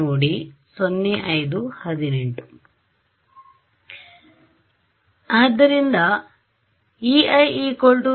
ಆದುದರಿಂದ Ei E0e−jki